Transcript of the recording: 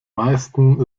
meisten